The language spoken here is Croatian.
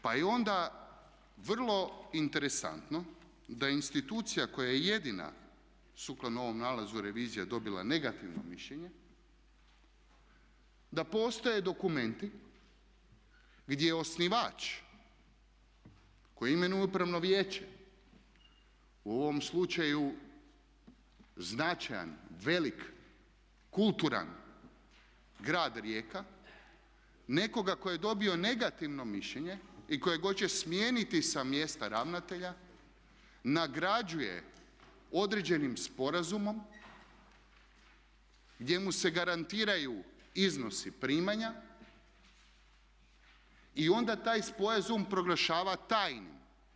Pa je onda vrlo interesantno da institucija koja je jedina sukladno ovom nalazu revizije dobila negativno mišljenje, da postoje dokumenti gdje osnivač koji imenuje Upravno vijeće u ovom slučaju značajan, velik kulturan grad Rijeka, nekoga tko je dobio negativno mišljenje i kojeg hoće smijeniti sa mjesta ravnatelja nagrađuje određenim sporazumom gdje mu se garantiraju iznosi primanja i onda taj sporazum proglašava tajnim.